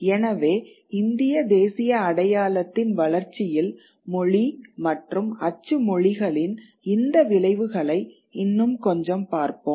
எனவே இந்திய தேசிய அடையாளத்தின் வளர்ச்சியில் மொழி மற்றும் அச்சு மொழிகளின் இந்த விளைவுகளை இன்னும் கொஞ்சம் பார்ப்போம்